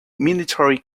military